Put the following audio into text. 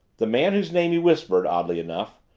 the man whose name he whispered, oddly enough,